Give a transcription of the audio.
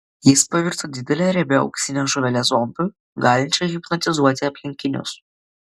jis pavirto didele riebia auksine žuvele zombiu galinčia hipnotizuoti aplinkinius